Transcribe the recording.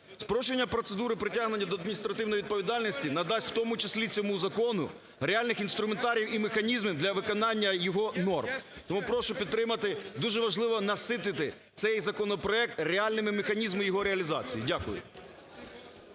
Спрощення процедури притягнення до адміністративної відповідальності надасть в тому числі цьому закону реальних інструментаріїв і механізмів для виконання його норм. Тому прошу підтримати, дуже важливо наситити цей законопроект реальними механізмами його реалізації. Дякую.